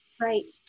right